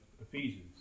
Ephesians